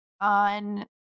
on